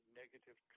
negative